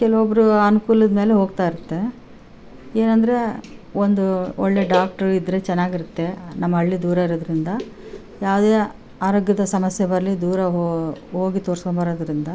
ಕೆಲ್ವೊಬ್ರು ಅನ್ಕೂಲದ ಮೇಲೆ ಹೋಗ್ತಾ ಇರ್ತೇ ಏನಂದರೆ ಒಂದೂ ಒಳ್ಳೇ ಡಾಕ್ಟ್ರು ಇದ್ರೆ ಚೆನ್ನಾಗಿರತ್ತೆ ನಮ್ಮ ಹಳ್ಳಿ ದೂರ ಇರೋದ್ರಿಂದ ಯಾವುದೇ ಆರೋಗ್ಯದ ಸಮಸ್ಯೆ ಬರಲಿ ದೂರ ಹೋ ಹೋಗಿ ತೋರಿಸ್ಕೊಂಡ್ ಬರೋದ್ರಿಂದ